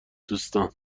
دوستان